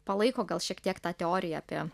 palaiko gal šiek tiek tą teoriją apie